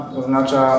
oznacza